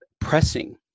pressing